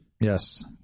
Yes